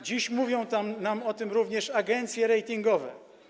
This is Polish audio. Dziś mówią nam o tym również agencje ratingowe.